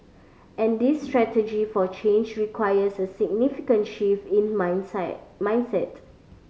and this strategy for change requires a significant shift in mind mindset